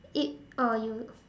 it oh you